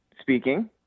Speaking